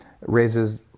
raises